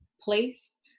place